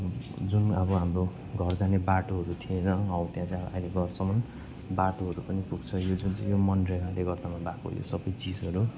अब जुन अब हाम्रो घर जाने बाटोहरू थिएन हो त्यहाँ जहाँ अहिले घरसम्म बाटोहरू पनि पुग्छ यो जुन चाहिँ यो मनरेगाले गर्दामा भएको यो सबै चिजहरू